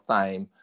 time